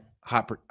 hot